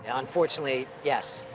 and unfortunately, yes,